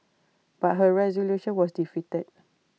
but her resolution was defeated